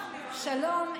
שלום,